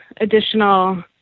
additional